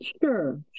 Sure